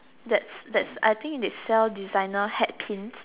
that's that's I think they sell designer hat pin